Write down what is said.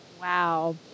Wow